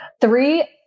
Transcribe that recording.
Three